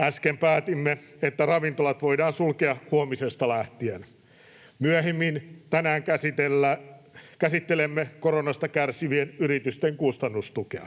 Äsken päätimme, että ravintolat voidaan sulkea huomisesta lähtien. Myöhemmin tänään käsittelemme koronasta kärsivien yritysten kustannustukea.